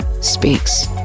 Speaks